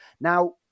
Now